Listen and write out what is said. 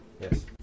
yes